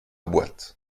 boîte